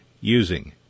using